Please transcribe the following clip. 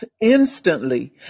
instantly